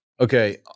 Okay